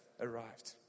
arrived